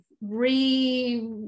re